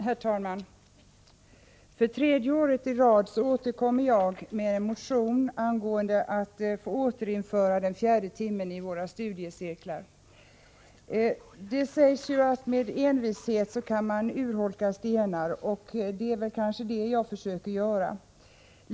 Herr talman! För tredje året i rad återkommer jag med en motion om återinförande av den fjärde timmen när det gäller våra studiecirklar. Det sägs ju att man kan urholka stenar med envishet, och det är kanske det som jag försöker göra.